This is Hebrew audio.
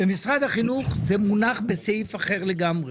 במשרד החינוך זה מונח בסעיף אחר לגמרי,